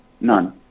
none